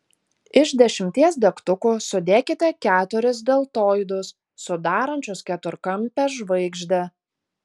iš dešimties degtukų sudėkite keturis deltoidus sudarančius keturkampę žvaigždę